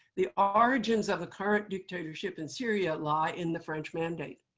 the um origins of the current dictatorship in syria lie in the french mandate.